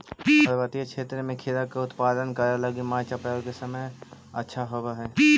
पर्वतीय क्षेत्र में खीरा के उत्पादन करे लगी मार्च अप्रैल के समय उपयुक्त होवऽ हई